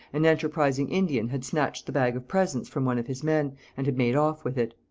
an enterprising indian had snatched the bag of presents from one of his men, and had made off with it.